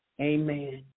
Amen